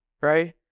right